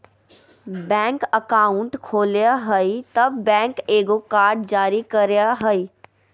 bank account खोलय हइ तब बैंक एगो कार्ड जारी करय हइ